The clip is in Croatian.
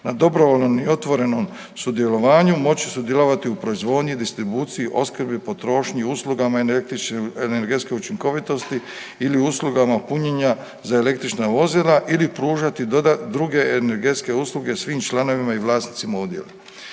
na dobrovoljnom i otvorenom sudjelovanju moći sudjelovati u proizvodnji, distribuciji, opskrbi, potrošnji i uslugama električne energetske učinkovitosti ili uslugama punjenja za električna vozila ili pružati druge energetske usluge svim članovima i vlasnicima udjela.